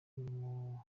kuko